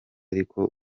ariko